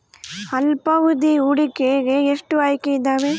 ಅಲ್ಪಾವಧಿ ಹೂಡಿಕೆಗೆ ಎಷ್ಟು ಆಯ್ಕೆ ಇದಾವೇ?